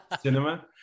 cinema